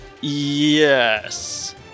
Yes